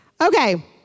Okay